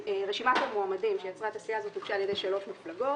רשימת המועמדים שיצרה את הסיעה הזאת הוגשה על ידי שלוש מפלגות: